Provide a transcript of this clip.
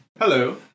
Hello